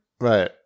Right